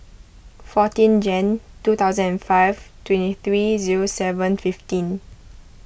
fourteen Jan two thousand and five twenty three zero seven fifteen